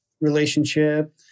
relationship